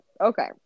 Okay